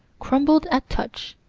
crumbled at touch.